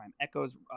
Echoes